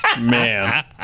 Man